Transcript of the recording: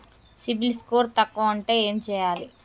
CIBIL score తక్కువ ఉంటే ఏం చేయాలి?